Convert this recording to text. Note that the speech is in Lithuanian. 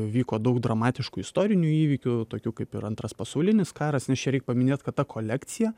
vyko daug dramatiškų istorinių įvykių tokių kaip ir antras pasaulinis karas nes čia reik paminėt kad ta kolekcija